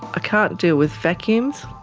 ah can't deal with vacuums,